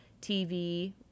TV